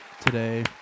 today